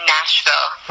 Nashville